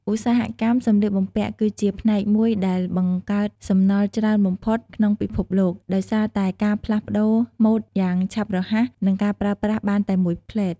ឧស្សាហកម្មសម្លៀកបំពាក់គឺជាផ្នែកមួយដែលបង្កើតសំណល់ច្រើនបំផុតក្នុងពិភពលោក ដោយសារតែការផ្លាស់ប្តូរម៉ូដយ៉ាងឆាប់រហ័ស និងការប្រើប្រាស់បានតែមួយភ្លែត។